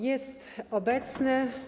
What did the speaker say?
Jest obecne.